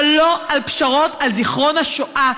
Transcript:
אבל לא על פשרות על זיכרון השואה.